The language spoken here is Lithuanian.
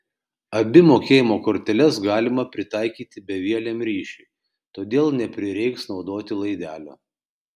abi mokėjimo korteles galima pritaikyti bevieliam ryšiui todėl neprireiks naudoti laidelio